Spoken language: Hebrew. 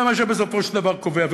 זה מה שבסופו של דבר קובע.